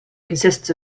consists